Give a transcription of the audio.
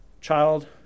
child